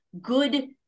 good